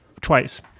twice